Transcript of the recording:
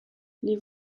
les